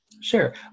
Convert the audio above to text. Sure